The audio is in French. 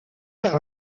par